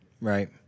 Right